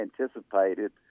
anticipated